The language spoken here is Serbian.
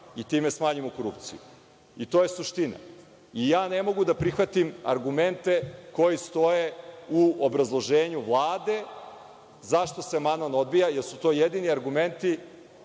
i time smanjimo korupciju. To je suština i ne mogu da prihvatim argumente koji stoje u obrazloženju Vlade, zašto se amandman odbija, jer su to jedini argumenti